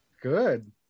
Good